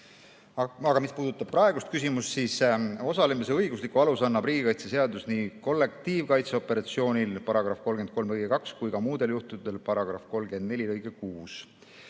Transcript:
anda. Mis puudutab praegust küsimust, siis osalemise õigusliku aluse annab riigikaitseseadus nii kollektiivkaitseoperatsioonil –§ 33 lõige 2 – kui ka muudel juhtudel –§ 34 lõige 6.